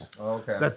Okay